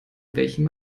welchem